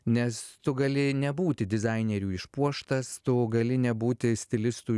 nes tu gali nebūti dizainerių išpuoštas tu gali nebūti stilistų